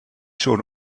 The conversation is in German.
schon